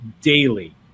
daily